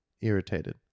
irritated